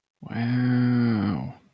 Wow